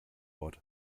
ort